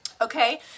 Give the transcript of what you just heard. okay